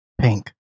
pink